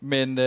Men